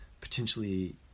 potentially